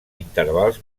intervals